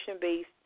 based